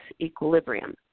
equilibrium